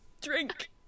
Drink